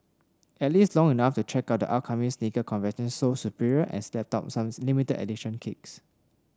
at least long enough to check out the upcoming sneaker convention Sole Superior and snap up some limited edition kicks